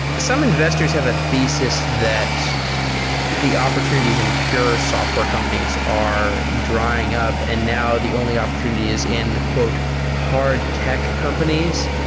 some investors have a thesis that the opportunities in pure software companies are drying up and now the only opportunity is in hard tech companies.